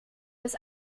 dass